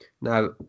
Now